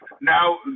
now